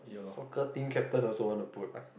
soccer team captain also wanna put ah